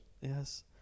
Yes